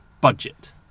budget